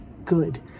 good